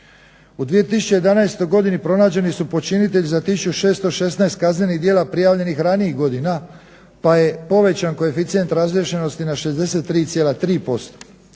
U 2011. godini pronađeni su počinitelji za 1 616 kaznenih djela prijavljenih ranijih godina pa je povećan koeficijent razriješenosti na 63,3%.